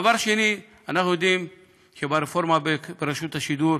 דבר שני, אנחנו יודעים שברפורמה ברשות השידור